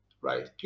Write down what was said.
right